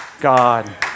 God